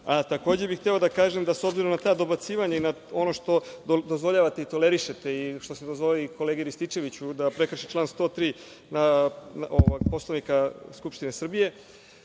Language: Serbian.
bih hteo da kažem da s obzirom na ta dobacivanja i na ono što dozvoljavate i tolerišete i što ste dozvolili kolegi Rističeviću da prekrši član 103. Poslovnika Skupštine Srbije,